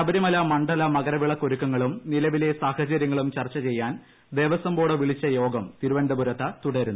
ശബരിമല മണ്ഡല മക്ര്പിള്ക്ക് ഒരുക്കങ്ങളും നിലവിലെ ന് സാഹചര്യങ്ങളും ചർച്ച ചെയ്യാൻ ദേവസ്വം ബോർഡ് വിളിച്ച യോഗം തിരുവനന്തപുരത്ത് തുട്ടരുന്നു